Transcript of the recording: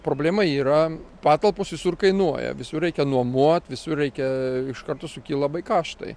problema yra patalpos visur kainuoja visur reikia nuomot visur reikia iš karto suki labai karštai